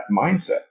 mindset